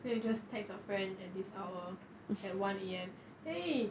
then you just text your friend at this hour at one A_M !hey!